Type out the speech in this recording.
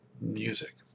music